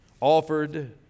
offered